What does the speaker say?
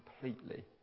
completely